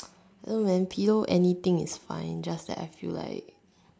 you know when pillow anything is fine just like I feel like